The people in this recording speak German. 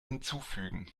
hinzufügen